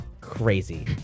crazy